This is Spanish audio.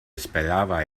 esperaba